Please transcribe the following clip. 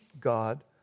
God